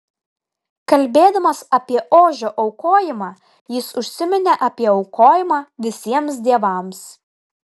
kalbėdamas apie ožio aukojimą jis užsiminė apie aukojimą visiems dievams